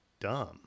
dumb